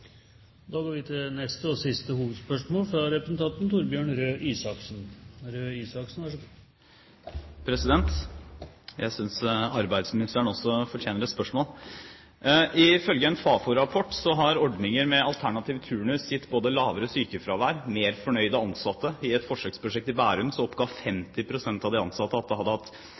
går til neste hovedspørsmål. Jeg synes arbeidsministeren også fortjener et spørsmål. Ifølge en Fafo-rapport har ordninger med alternativ turnus gitt både lavere sykefravær og mer fornøyde ansatte. I et forsøksprosjekt i Bærum oppga 50 pst. av de ansatte at det hadde hatt